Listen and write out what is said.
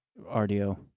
RDO